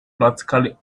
practically